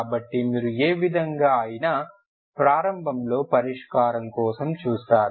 కాబట్టి మీరు ఏ విదంగా అయినా ప్రారంభంలో పరిష్కారం కోసం చూస్తారు